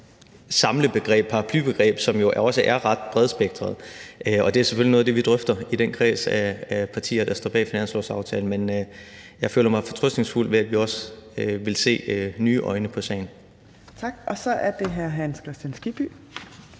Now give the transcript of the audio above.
samlebegreb, paraplybegreb, som jo også er ret bredspektret. Det er selvfølgelig noget af det, som vi drøfter i den kreds af partier, der står bag finanslovsaftalen. Men jeg føler mig fortrøstningsfuld ved, at vi også vil se nye øjne på sagen. Kl. 10:10 Fjerde næstformand